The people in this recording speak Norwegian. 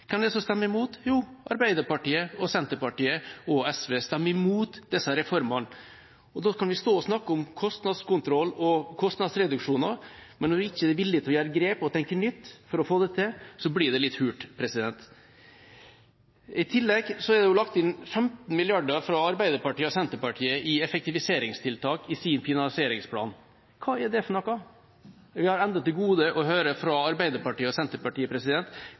kan vi stå og snakke om kostnadskontroll og kostnadsreduksjoner, men når en ikke er villig til å ta grep og tenke nytt for å få det til, blir det litt hult. I tillegg har Arbeiderpartiet og Senterpartiet lagt inn 15 mrd. kr til effektiviseringstiltak i sin finansieringsplan. Hva er det for noe? Jeg har enda til gode å høre fra Arbeiderpartiet og Senterpartiet